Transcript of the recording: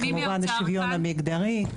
וכמובן השוויון המגדרי.